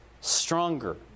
stronger